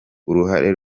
uruhare